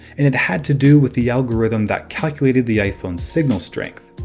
and it had to do with the algorithm that calculated the iphone's signal strength.